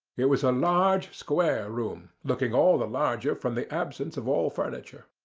it was a large square room, looking all the larger from the absence of all furniture.